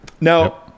now